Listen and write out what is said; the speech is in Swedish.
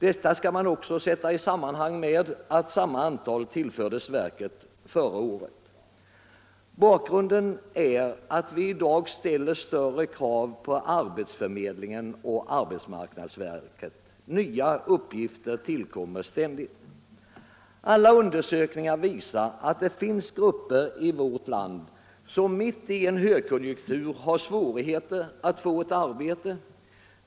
Detta skall man också sätta i samband med att samma antal tillfördes verket förra året, Bakgrunden är att vi i dag ställer större krav på arbetsförmedlingen och arbetsmarknadsverket. Nya uppgifter tillkommer ständigt. Alla undersökningar visar att det finns grupper i vårt land som mitt i en högkonjunktur har svårigheter att få ett arbete.